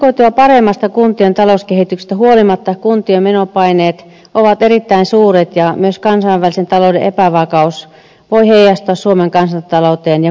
ennakoitua paremmasta kuntien talouskehityksestä huolimatta kuntien menopaineet ovat erittäin suuret ja myös kansainvälisen talouden epävakaus voi heijastua suomen kansantalouteen ja kuntatalouteen